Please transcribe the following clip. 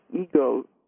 ego